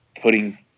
putting